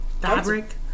fabric